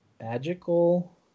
Magical